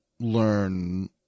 learn